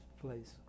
place